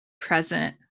present